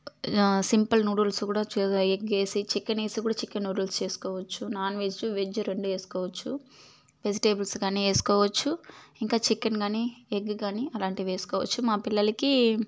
simple noodles కూడా చే ఎగ్గేసి చికెనేసి కూడా చికెన్ నూడిల్స్ చేసుకోవచ్చు నాన్వెజ్ వెజ్జు రెండూ వేసుకోవచ్చు వెజిటేబుల్స్ కానీ వేసుకోవచ్చు ఇంకా చికెన్ కానీ ఎగ్ కానీ అలాంటివి వేసుకోవచ్చు మా పిల్లలకి